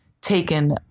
Taken